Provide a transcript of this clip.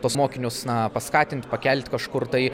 tuos mokinius na paskatint pakelti kažkur tai